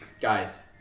guys